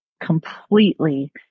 completely